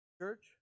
Church